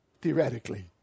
theoretically